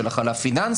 של הכלה פיננסית.